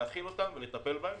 להכיל אותם ולטפל בהם.